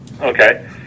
Okay